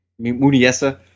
Muniesa